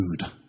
food